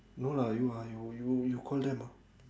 no lah you ah you you call them ah